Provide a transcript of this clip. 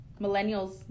millennials